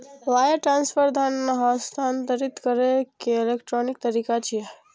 wire transfer धन हस्तांतरित करै के इलेक्ट्रॉनिक तरीका छियै